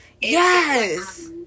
yes